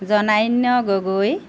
জনান্য Gogoi